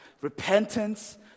repentance